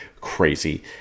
Crazy